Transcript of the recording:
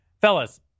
Fellas